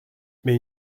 mais